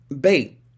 bait